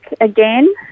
again